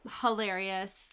hilarious